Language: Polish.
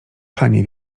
panie